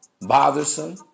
bothersome